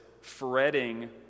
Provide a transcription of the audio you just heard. fretting